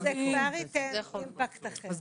זה כבר ייתן אימפקט אחר.